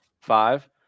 Five